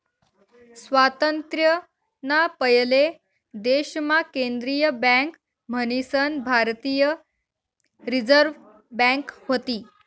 स्वातंत्र्य ना पयले देश मा केंद्रीय बँक मन्हीसन भारतीय रिझर्व बँक व्हती